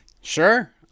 Sure